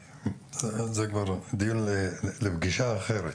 זה כבר דיון לפגישה אחרת.